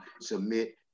submit